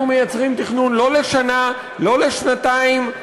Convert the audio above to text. אנחנו מייצרים תכנון לא לשנה, לא לשנתיים,